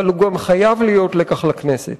אבל הוא גם חייב להיות לקח לכנסת,